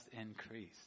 increase